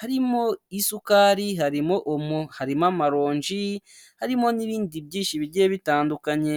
harimo isukari, harimo omo harimo amaronji, harimo n'ibindi byinshi bigiye bitandukanye.